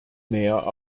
näher